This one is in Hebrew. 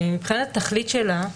מבחינת התכלית שלה,